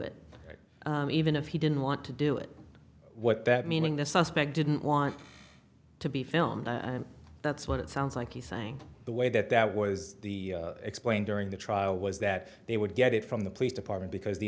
it even if he didn't want to do it what that meaning the suspect didn't want to be filmed and that's what it sounds like he's saying the way that that was the explained during the trial was that they would get it from the police department because the